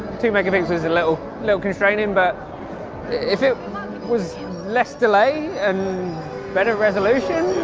two megapixels a little little constraining but if it was less delay and better resolution